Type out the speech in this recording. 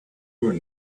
were